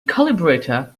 detector